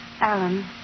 Alan